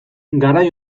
garai